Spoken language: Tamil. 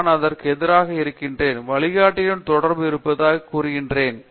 நான் அதற்கு எதிராக இருக்கிறேன் வழிகாட்டியுடன் தொடர்பு இருப்பதாக கூறுவேன்